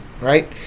right